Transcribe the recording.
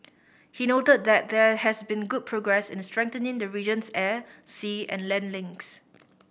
he noted that there has been good progress in strengthening the region's air sea and land links